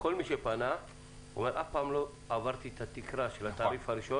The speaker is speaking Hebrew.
כל מי שפנה אומר שזו התקופה הראשונה בה הוא עובר את תקרת התעריף הראשון,